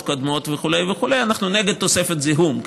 קודמות וכו' וכו' אנחנו נגד תוספת זיהום,